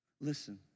Listen